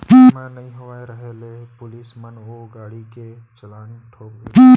बीमा नइ होय रहें ले पुलिस मन ओ गाड़ी के चलान ठोंक देथे